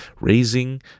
raising